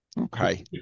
Okay